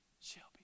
Shelby